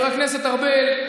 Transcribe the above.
חבר הכנסת ארבל,